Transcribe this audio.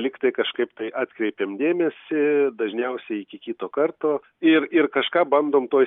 ligtai kažkaip tai atkreipiam dėmesį dažniausiai iki kito karto ir ir kažką bandom toj